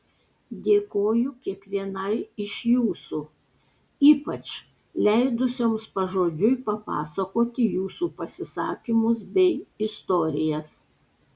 dėkoju kiekvienai iš jūsų ypač leidusioms pažodžiui papasakoti jūsų pasisakymus bei istorijas